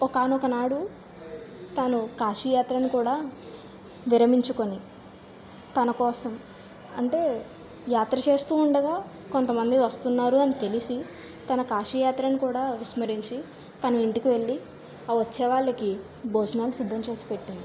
ఒకానొకనాడు తాను కాశి యాత్రను కూడా విరమించుకొని తనకోసం అంటే యాత్ర చేస్తూ ఉండగా కొంతమంది వస్తున్నారు అని తెలిసి తన కాశీ యాత్రని కూడా విస్మరించి తను ఇంటికి వెళ్ళి ఆ వచ్చేవాళ్ళకి భోజనాలు సిద్ధం చేసి పెట్టింది